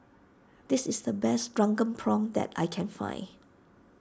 this is the best Drunken Prawns that I can find